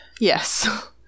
Yes